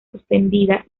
suspendida